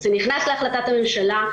זה נכנס להחלטת הממשלה,